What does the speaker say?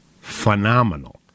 phenomenal